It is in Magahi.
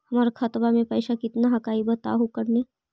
हमर खतवा में पैसा कितना हकाई बताहो करने?